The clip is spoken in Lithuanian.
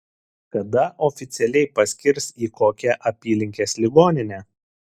kada oficialiai paskirs į kokią apylinkės ligoninę